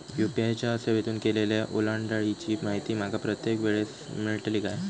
UPI च्या सेवेतून केलेल्या ओलांडाळीची माहिती माका प्रत्येक वेळेस मेलतळी काय?